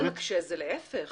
להפך,